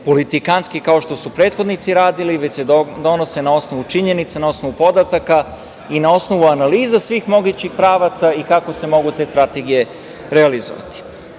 politikantski kao što prethodnici radili, već se donose na osnovu činjenica, na osnovu podataka i na osnovu analiza svih mogućih pravaca i kako se mogu te strategije realizovati.Za